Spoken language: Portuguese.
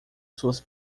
suas